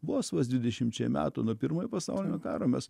vos vos dvidešimčiai metų nuo pirmojo pasaulinio karo mes